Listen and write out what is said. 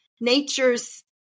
nature's